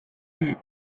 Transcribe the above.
end